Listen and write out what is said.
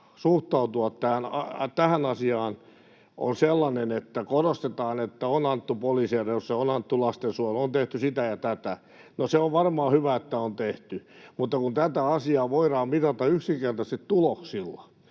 suhtautua tähän asiaan on sellainen, että korostetaan, että on annettu poliisille resursseja ja on annettu lastensuojeluun ja on tehty sitä ja tätä. No se on varmaan hyvä, että on tehty, mutta kun tätä asiaa voidaan mitata yksinkertaisesti tuloksilla.